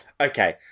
Okay